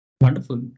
Wonderful